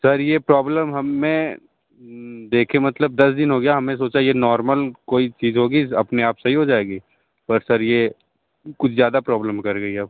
sir ये problem हमें देखें मतलब दस दिन हो गया है हमने सोचा नार्मल कोई चीज होगी अपने आप सही हो जाएगी पर सर ये कुछ ज्यादा प्रॉब्लम कर गई अब